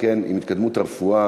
עם התקדמות הרפואה,